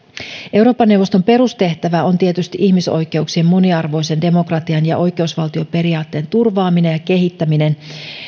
euroopan neuvoston perustehtävä on tietysti ihmisoikeuksien moniarvoisen demokratian ja oikeusvaltioperiaatteen turvaaminen ja kehittäminen